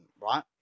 right